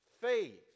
faith